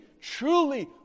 truly